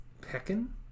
Peckin